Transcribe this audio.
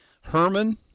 herman